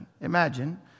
Imagine